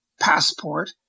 passport